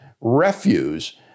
refuse